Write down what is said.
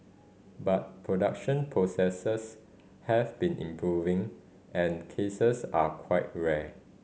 but production processes have been improving and cases are quite rare